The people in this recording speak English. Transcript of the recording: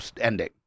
ending